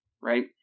right